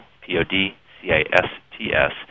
P-O-D-C-A-S-T-S